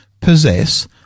possess